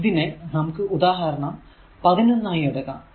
ഇതിനെ നമുക്ക് ഉദാഹരണം 11 ആയി എടുക്കാം